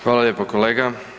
Hvala lijepo kolega.